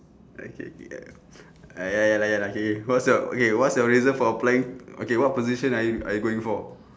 okay K ah ya lah ya lah okay what's your okay what's your reason for applying okay what position are you are you going for